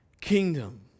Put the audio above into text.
kingdom